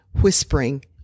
whispering